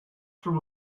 from